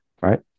right